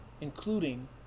including